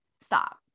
stop